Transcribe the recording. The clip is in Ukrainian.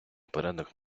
порядок